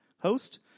host